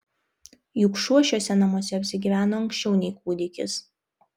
juk šuo šiuose namuose apsigyveno anksčiau nei kūdikis